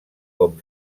com